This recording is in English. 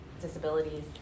disabilities